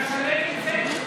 אתה שלם עם זה?